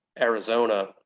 Arizona